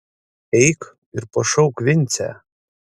eik ir pašauk vincę